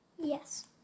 yes